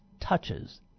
touches